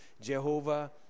Jehovah